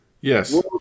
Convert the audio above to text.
Yes